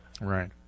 Right